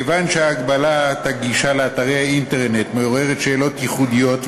כיוון שהגבלת הגישה לאתרי האינטרנט מעוררת שאלות ייחודיות,